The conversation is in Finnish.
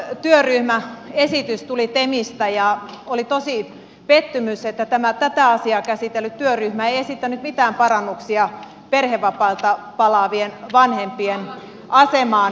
tuore työryhmäesitys tuli temistä ja oli tosi pettymys että tämä tätä asiaa käsitellyt työryhmä ei esittänyt mitään parannuksia perhevapailta palaavien vanhempien asemaan